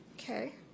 Okay